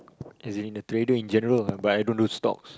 as in in a trader in general but I don't do stocks